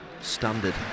Standard